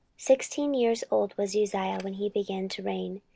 sixteen years old was uzziah when he began to reign,